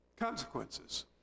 consequences